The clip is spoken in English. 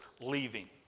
leaving